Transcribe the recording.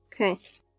Okay